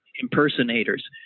impersonators